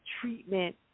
treatment